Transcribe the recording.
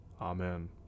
Amen